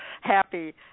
happy